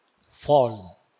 fall